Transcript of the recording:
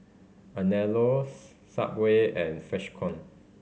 Anello Subway and Freshkon